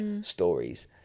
stories